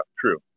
true